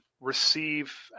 receive